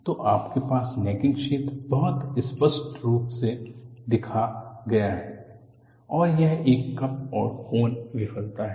तो आपके पास नेकिंग क्षेत्र बहुत स्पष्ट रूप से देखा गया है और यह एक कप और कोन विफलता है